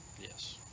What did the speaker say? Yes